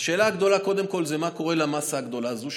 השאלה הגדולה היא קודם כול מה קורה למאסה הגדולה הזאת,